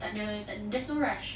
tak ada tak ada there's no rush